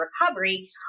recovery